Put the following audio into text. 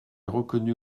reconnu